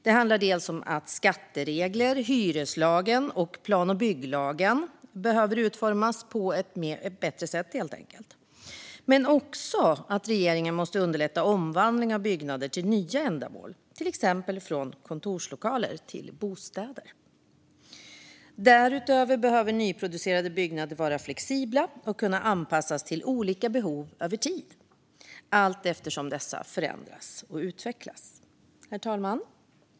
Det handlar dels om att skatteregler, hyreslagen och plan och bygglagen behöver utformas på ett bättre sätt, dels om att regeringen måste underlätta omvandling av byggnader till nya ändamål, till exempel från kontorslokaler till bostäder. Därutöver behöver nyproducerade byggnader vara flexibla och kunna anpassas till olika behov över tid allteftersom dessa förändras och utvecklas. Herr talman!